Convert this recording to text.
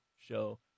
show